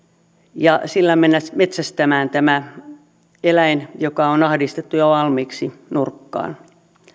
ja sillä mennä metsästämään tämä eläin joka on ahdistettu jo valmiiksi nurkkaan